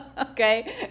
Okay